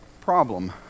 problem